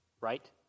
Right